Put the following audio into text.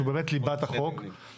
שהוא באמת ליבת החוק,